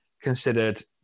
considered